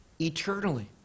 eternally